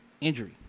injury